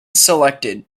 selected